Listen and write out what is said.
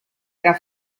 era